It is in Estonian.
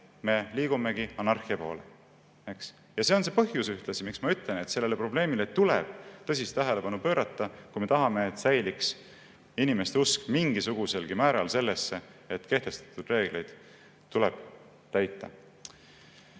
me liigumegi anarhia poole. Ja see on see põhjus ühtlasi, miks ma ütlen, et sellele probleemile tuleb tõsist tähelepanu pöörata, kui me tahame, et säiliks inimeste usk mingisuguselgi määral sellesse, et kehtestatud reegleid tuleb täita.